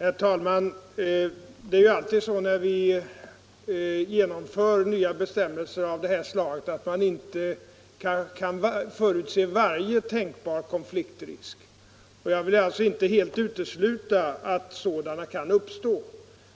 Herr talman! Det är alltid så när nya bestämmelser av det här slaget genomförs att man inte kan förutse varje tänkbar konfliktrisk. Jag vill alltså inte helt utesluta att konflikter kan uppstå,